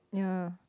yeha